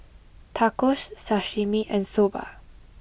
Tacos Sashimi and Soba